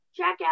checkout